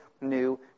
new